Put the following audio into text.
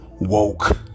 woke